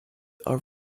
are